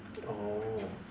oh